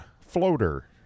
floater